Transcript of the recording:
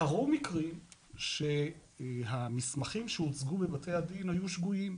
קרו מקרים שהמסמכים שהוצגו לבתי הדין היו שגוים,